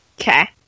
Okay